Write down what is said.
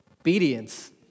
obedience